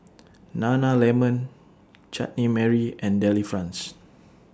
Nana Lemon Chutney Mary and Delifrance